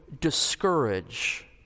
discourage